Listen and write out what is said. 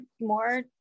more